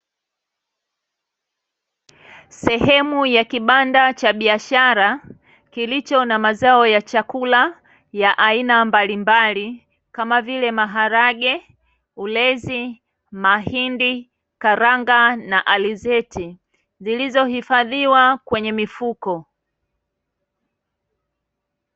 Sehemu ya kibanda cha biashara kilicho na mazao ya chakula ya aina mbalimbali kama vile maharage, ulezi, mahindi, karanga na alizeti zilizohifadhiwa kwenye mifuko.